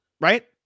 right